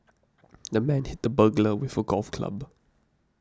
the man hit the burglar with a golf club